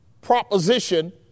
proposition